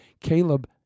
Caleb